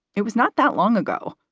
it was not that long ago.